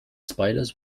spiders